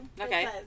okay